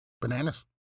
Bananas